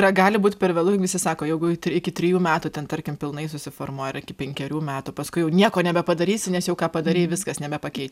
ar gali būt per vėlu juk visi sako jeigu iki trijų metų ten tarkim pilnai susiformuoja ar iki penkerių metų paskui jau nieko nebepadarysi nes jau ką padarei viskas nebepakeičia